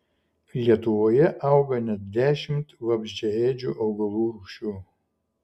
lietuvoje auga net dešimt vabzdžiaėdžių augalų rūšių